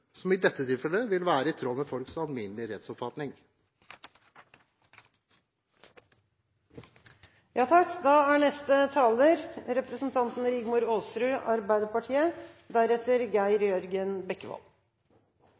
som i dette tilfellet vil være i tråd med folks alminnelige rettsoppfatning. Arbeiderpartiet er